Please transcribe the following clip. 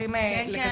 אני